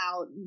out